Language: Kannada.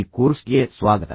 ಮೂಕ್ ಕೋರ್ಸ್ಗೆ ಮತ್ತೆ ಸ್ವಾಗತ